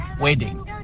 wedding